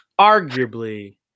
arguably